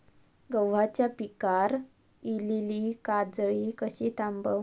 गव्हाच्या पिकार इलीली काजळी कशी थांबव?